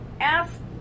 ask